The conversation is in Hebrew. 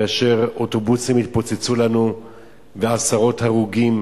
כאשר אוטובוסים התפוצצו לנו ועשרות הרוגים